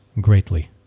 greatly